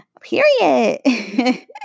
Period